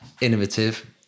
innovative